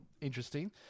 interesting